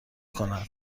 کند